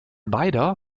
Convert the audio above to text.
beider